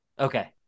Okay